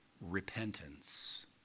repentance